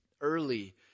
early